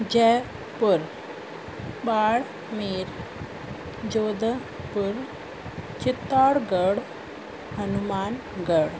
Jaipur Barmer Jodhpur Chittorgarh Hanumangarh